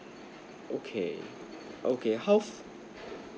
okay okay how